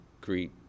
greet